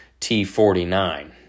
T49